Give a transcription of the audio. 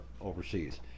overseas